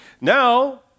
now